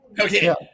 Okay